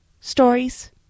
stories